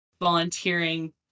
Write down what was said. volunteering